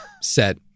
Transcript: set